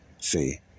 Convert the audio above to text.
See